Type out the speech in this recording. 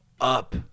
up